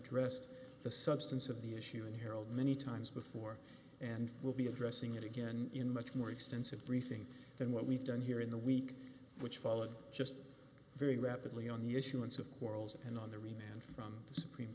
addressed the substance of the issue and harold many times before and will be addressing it again in much more extensive briefing than what we've done here in the week which followed just very rapidly on the issuance of quarrels and on the rebound from the supreme